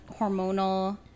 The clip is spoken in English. hormonal